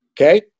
Okay